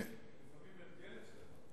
לפעמים הרגל אצלך.